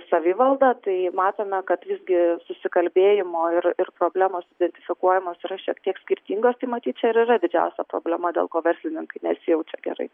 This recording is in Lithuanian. savivalda tai matome kad visgi susikalbėjimo ir ir problemos identifikuojamos yra šiek tiek skirtingos tai matyt čia ir yra didžiausia problema dėl ko verslininkai nesijaučia gerai